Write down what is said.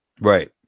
Right